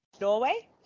Norway